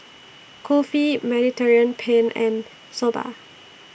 Kulfi Mediterranean Penne and Soba